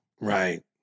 Right